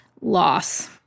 loss